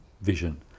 vision